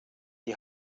die